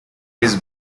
his